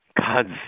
God's